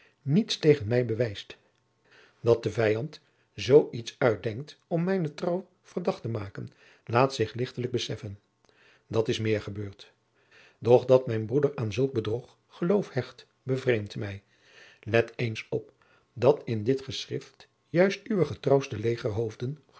niets tegen mij bewijst dat de vijand zoo iets uitjacob van lennep de pleegzoon denkt om mijne trouw verdacht te maken laat zich lichtelijk beseffen dat is meer gebeurd doch dat mijn broeder aan zulk bedrog geloof hecht bevreemt mij let eens op dat in dit geschrift juist uwe